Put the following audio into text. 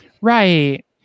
Right